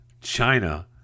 China